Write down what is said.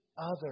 others